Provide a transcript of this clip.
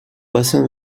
bassin